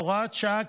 בהוראת שעה,